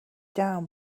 down